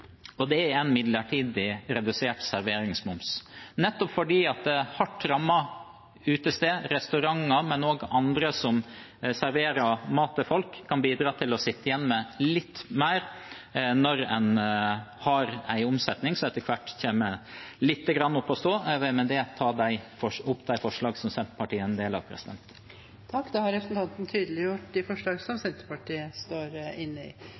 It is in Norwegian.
og det er en midlertidig redusert serveringsmoms. Det gjør vi nettopp for å bidra til at hardt rammede utesteder, restauranter og andre som serverer mat til folk, kan sitte igjen med litt mer når en etter hvert har en omsetning som kommer litt opp å stå. Med det tar jeg opp forslagene nr. 6 og 10, som Senterpartiet har alene eller sammen med andre. Representanten